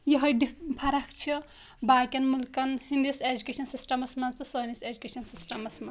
یِہٲے ڈِف فرق چھِ باقیَن ملکَن ہِندِس اٮ۪جوکیشَن سِسٹَمَس منٛز تہٕ سٲنِس اٮ۪جوکیشَن سِسٹَمَس منٛز